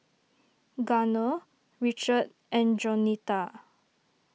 Garner Richard and Jaunita